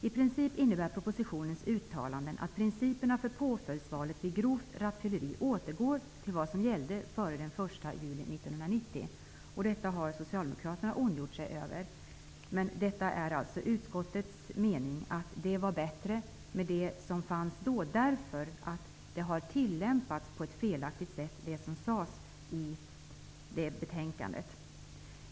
I princip innebär uttalandena i propositionen att vi i fråga om påföljdsvalet vid grovt rattfylleri återgår till principerna som gällde före den 1 juli 1990. Detta har Socialdemokraterna ondgjort sig över. Men det är alltså utskottets mening att det var bättre med de principer som fanns då, därför att det som sades i det betänkandet 1990 har tillämpats på ett felaktigt sätt.